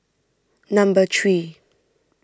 number three